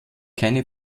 keine